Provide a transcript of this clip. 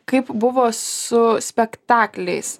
kaip buvo su spektakliais